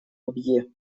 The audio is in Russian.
абьее